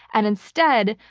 and instead,